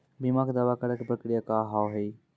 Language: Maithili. बीमा के दावा करे के प्रक्रिया का हाव हई?